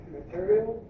material